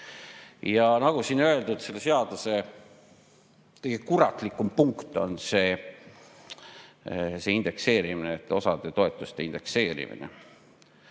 Nagu siin öeldud, selle seaduse kõige kuratlikum punkt on see indekseerimine, osa toetuste indekseerimine.